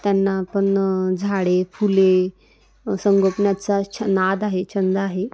त्यांना पण झाडे फुले संगोपनाचा छ नाद आहे छंद आहे